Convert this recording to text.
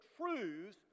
truths